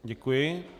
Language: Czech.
Děkuji.